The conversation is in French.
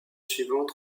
suivante